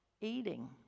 eating